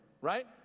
right